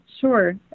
sure